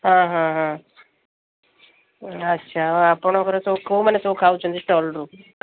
ହଁ ହଁ ହଁ ଆଚ୍ଛା ଆଉ ଆପଣଙ୍କର ସବୁ କେଉଁମାନେ ସବୁ ଖାଉଛନ୍ତି ଷ୍ଟଲ୍ରୁ